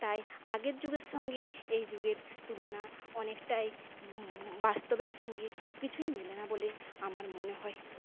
তাই আগের যুগের সঙ্গে এই যুগের তুলনা অনেকটাই বাস্তবের সঙ্গে কিছুই মিলে না বলে আমার মনে হয়